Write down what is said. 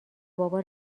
بابا